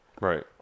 right